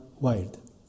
wild